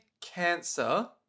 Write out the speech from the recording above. Cancer